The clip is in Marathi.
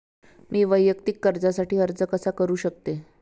मी वैयक्तिक कर्जासाठी अर्ज कसा करु शकते?